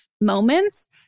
moments